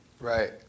Right